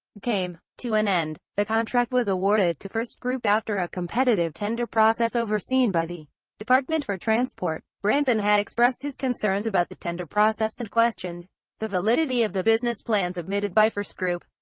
came to an end. the contract was awarded to firstgroup after a competitive tender process overseen by the department for transport. branson had expressed his concerns about the tender process and questioned the validity of the business plan submitted by firstgroup.